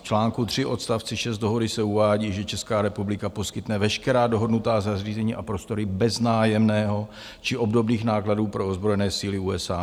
V článku 3 odst. 6 dohody se uvádí, že Česká republika poskytne veškerá dohodnutá zařízení a prostory bez nájemného či obdobných nákladů pro ozbrojené síly USA.